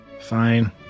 Fine